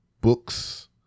books